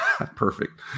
perfect